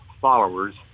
followers